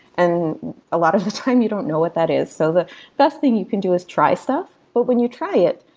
and a lot of the time you don't know what that is. so the best thing you can do is try stuff. but when you try it,